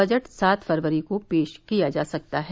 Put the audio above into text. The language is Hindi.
बजट सात फरवरी को पेश किया जा सकता है